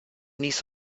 niece